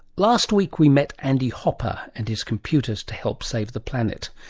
last week we met andy hopper and his computers to help save the planet.